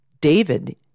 David